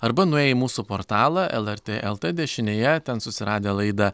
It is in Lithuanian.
arba nuėję į mūsų portalą lrt lt dešinėje ten susiradę laidą